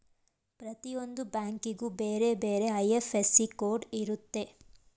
ಪ್ರತಿಯೊಂದು ಬ್ಯಾಂಕಿಗೂ ಬೇರೆ ಬೇರೆ ಐ.ಎಫ್.ಎಸ್.ಸಿ ಕೋಡ್ ಇರುತ್ತೆ